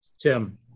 Tim